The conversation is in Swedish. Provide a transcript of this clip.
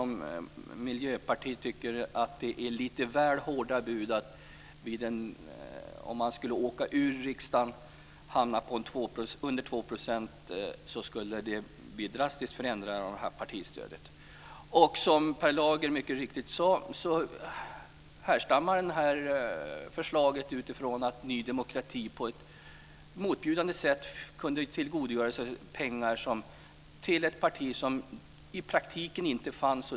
Miljöpartiet tycker att det är lite väl hårda bud att det, om man skulle åka ur riksdagen och hamna under 2 %, skulle bli drastiska förändringar i partistödet. Som Per Lager mycket riktigt sade bottnar det här förslaget i att Ny demokrati, ett parti som i praktiken inte fanns, på ett motbjudande sätt kunnat tillgodogöra sig pengar.